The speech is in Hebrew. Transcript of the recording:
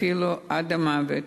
אפילו עד המוות.